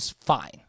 fine